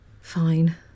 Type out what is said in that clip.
Fine